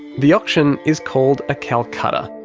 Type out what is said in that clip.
the auction, is called a calcutta.